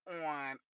on